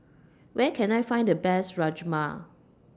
Where Can I Find The Best Rajma